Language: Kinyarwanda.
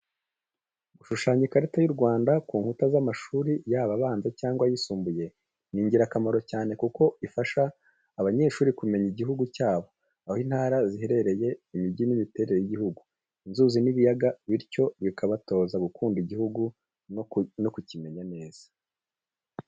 Gushushanya ikarita y’u Rwanda ku nkuta z'amashuri yaba abanza cyangwa ayisumbuye ni ingirakamaro cyane kuko ifasha abanyeshuri kumenya igihugu cyabo, aho intara ziherereye, imijyi n’imiterere y’igihugu, inzuzi n'ibiyaga bityo bikabatoza gukunda igihugu no kukimenya neza.